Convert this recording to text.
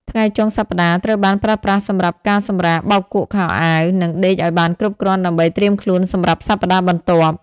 ថ្ងៃចុងសប្ដាហ៍ត្រូវបានប្រើប្រាស់សម្រាប់ការសម្រាក បោកគក់ខោអាវ និងដេកឱ្យបានគ្រប់គ្រាន់ដើម្បីត្រៀមខ្លួនសម្រាប់សប្ដាហ៍បន្ទាប់។